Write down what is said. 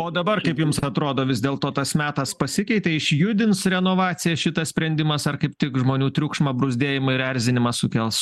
o dabar jums atrodo vis dėl to tas metas pasikeitė išjudins renovaciją šitas sprendimas ar kaip tik žmonių triukšmą bruzdėjimą ir erzinimą sukels